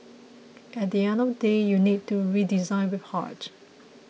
at the end of the day you need to redesign with heart